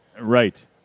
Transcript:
Right